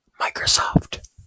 Microsoft